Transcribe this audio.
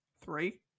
three